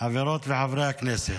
חברות וחברי הכנסת,